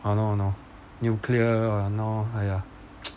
!hannor! !hannor! nuclear you know !aiya!